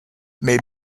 may